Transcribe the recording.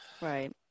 right